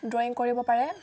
drawing কৰিব পাৰে